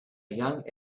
young